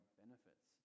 benefits